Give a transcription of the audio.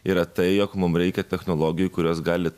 yra tai jog mum reikia technologijų kurios gali